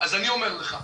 אז אני אומר לך,